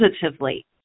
positively